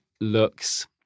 looks